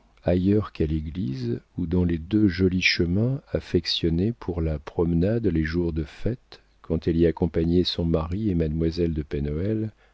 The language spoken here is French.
ailleurs qu'à l'église ou dans les deux jolis chemins affectionnés pour la promenade les jours de fête quand elle y accompagnait son mari et mademoiselle de